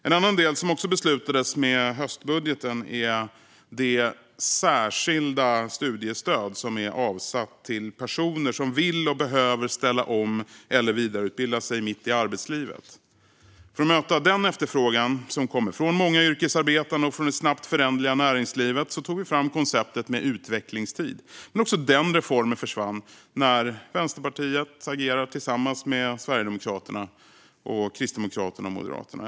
En annan del som också beslutades i och med höstbudgeten är det särskilda studiestöd som är avsett för personer som vill och behöver ställa om eller vidareutbilda sig mitt i arbetslivet. För att möta efterfrågan, som kom från många yrkesarbetande och från det snabbt föränderliga näringslivet, tog vi fram konceptet med utvecklingstid. Men också den reformen försvann när Vänsterpartiet agerade tillsammans med Sverigedemokraterna, Kristdemokraterna och Moderaterna.